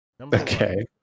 Okay